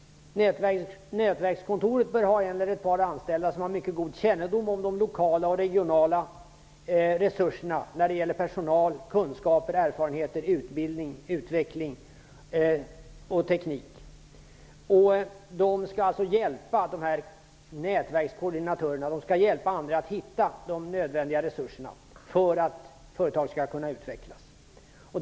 Nätverkskontoret bör ha en eller ett par anställda som har mycket god kännedom om de lokala och regionala resurserna när det gäller personal, kunskaper, erfarenheter, utbildning, utveckling och teknik. Dessa nätverkskoordinatörer skall hjälpa andra att hitta de nödvändiga resurserna för att företaget skall kunna utvecklas.